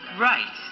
right